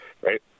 right